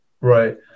Right